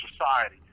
society